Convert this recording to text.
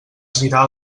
girar